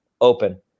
open